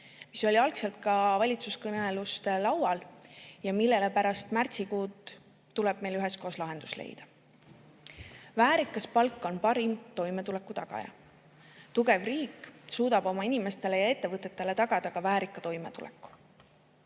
mis oli algselt ka valitsuskõneluste laual ja millele pärast märtsikuud tuleb meil üheskoos lahendus leida. Väärikas palk on parim toimetuleku tagaja. Tugev riik suudab oma inimestele ja ettevõtetele tagada väärika toimetuleku.